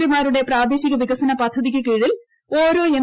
പിമാരുടെ പ്രാദേശിക വികസന പദ്ധതിയ്ക്ക് കീഴിൽ ഓരോ എം